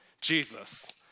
Jesus